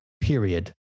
period